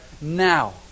Now